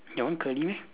your one curly meh